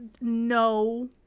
no